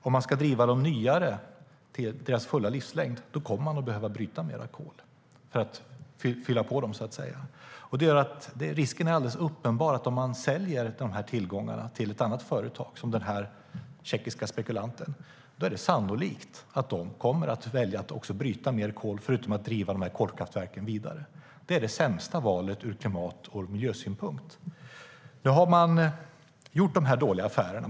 Om man ska driva de nyare kraftverken i deras fulla livslängd kommer man att behöva bryta mer kol för att så att säga fylla på dem. Risken är alldeles uppenbar att om man säljer dessa tillgångar till något annat företag såsom den tjeckiska spekulanten är det sannolikt att det företaget kommer att - förutom att driva kolkraftverken vidare - välja att bryta mer kol. Det är det sämsta valet från klimat och miljösynpunkt. Nu har Vattenfall gjort de här dåliga affärerna.